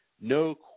no